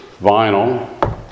vinyl